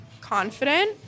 confident